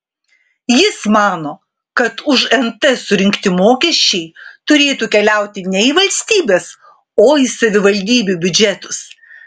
jis mano kad už nt surinkti mokesčiai turėtų keliauti ne į valstybės o į savivaldybių biudžetus